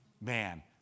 Man